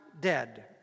dead